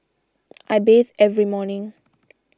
I bathe every morning